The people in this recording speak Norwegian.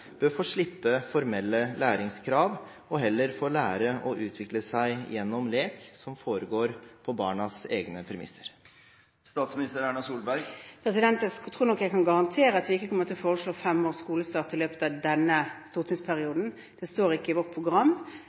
bør få slippe formelle læringskrav, og heller få lære og utvikle seg gjennom lek som foregår på barnas egne premisser. Jeg tror nok jeg kan garantere at vi ikke kommer til å foreslå skolestart for femåringer i løpet av denne stortingsperioden. Det står ikke i vårt program.